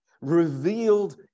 revealed